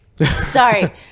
Sorry